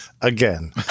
again